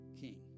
king